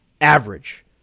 Average